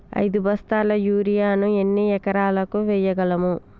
ఐదు బస్తాల యూరియా ను ఎన్ని ఎకరాలకు వేయగలము?